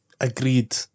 agreed